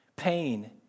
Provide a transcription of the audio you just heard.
Pain